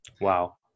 Wow